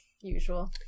usual